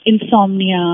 insomnia